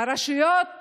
הרשויות